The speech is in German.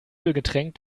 ölgetränkt